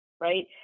right